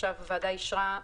שעכשיו הוועדה אישה,